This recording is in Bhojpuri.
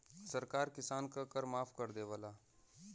सरकार किसान क कर माफ कर देवला